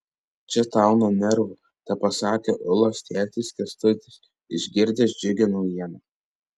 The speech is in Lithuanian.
čia tau nuo nervų tepasakė ulos tėtis kęstutis išgirdęs džiugią naujieną